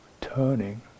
turning